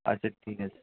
আচ্ছা ঠিক আছে